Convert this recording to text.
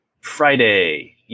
Friday